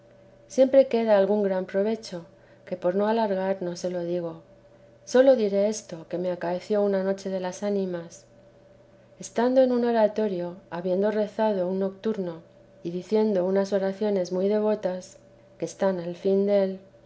siempre queda algún gran provecho que por no alargar no lo digo sólo diré esto que me acaeció una noche de ánimas estando en un oratorio habiendo rezado un nocturno y diciendo unas oraciones muy devotas que están al fin del